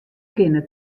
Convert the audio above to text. kinne